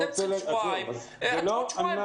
זה לא אנחנו.